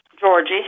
Georgie